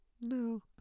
No